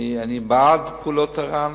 אני בעד פעולת ער"ן,